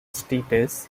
status